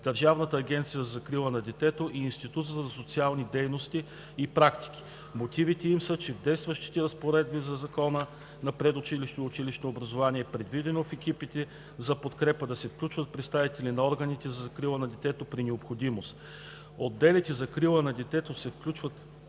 Държавната агенция за закрила на детето и Института за социални дейности и практики. Мотивите им са, че в действащите разпоредби на Закона за предучилищното и училищното образование е предвидено в екипите за подкрепа да се включват представители на органите за закрила на детето при необходимост. Отделите „Закрила на детето“ се включват,